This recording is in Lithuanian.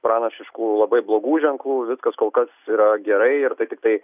pranašiškų labai blogų ženklų viskas kol kas yra gerai ir tai tiktai